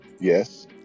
Yes